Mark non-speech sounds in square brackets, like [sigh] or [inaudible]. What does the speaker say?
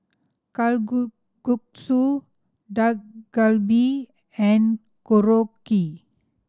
[unintelligible] Dak Galbi and Korokke